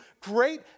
great